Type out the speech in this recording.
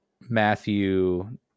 matthew